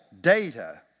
data